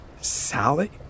Sally